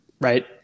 right